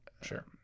sure